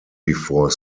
before